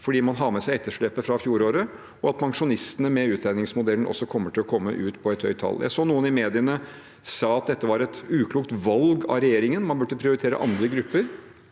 for man har med seg etterslepet fra fjoråret, og at pensjonistene, med denne utregningsmodellen, også kommer til å komme ut med et høyt tall. Noen i mediene sa at dette var et uklokt valg av regjeringen, at man burde prioritere andre grupper.